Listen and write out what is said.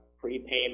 prepayment